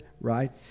right